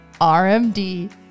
RMD